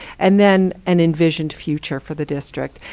and then an envisioned future for the district.